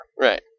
Right